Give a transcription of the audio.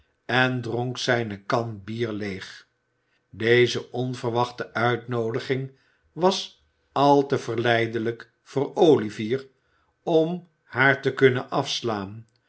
en dronk zijne kan bier leeg deze onverwachte uitnoodiging was al te verleidelijk voor olivier om haar te kunnen afslaan